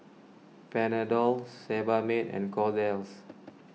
Panadol Sebamed and Kordel's